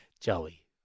Joey